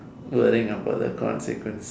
worrying about the consequence